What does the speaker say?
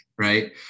right